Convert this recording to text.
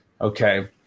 okay